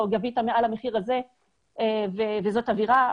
שהוא גבה מעל מחיר מסוים וזאת עבירה.